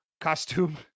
costume